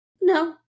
no